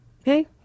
okay